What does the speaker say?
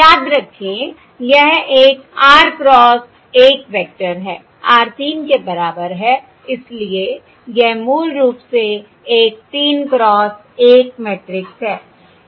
याद रखें यह एक r क्रॉस 1 वेक्टर है r 3 के बराबर है इसलिए यह मूल रूप से एक 3 क्रॉस 1 मैट्रिक्स है